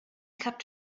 kept